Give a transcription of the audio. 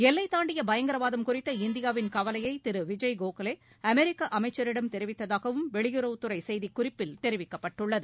எல்லை தாண்டிய பயங்கரவாதம் குறித்த இந்தியாவின் கவலையை திரு விஜய் கோக்லே அமெரிக்க அமைச்சரிடம் தெரிவித்ததாகவும் வெளியுறவுத் துறை செய்திக்குறிப்பில் தெரிவிக்கப்பட்டுள்ளது